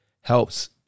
helps